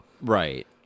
right